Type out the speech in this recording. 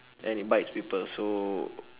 and it bites people so